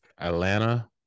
Atlanta